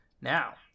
Now